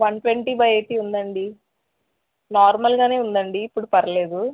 one twenty by eighty ఉందండి నార్మల్గానే ఉందండి ఇప్పుడు పర్లేదు